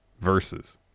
versus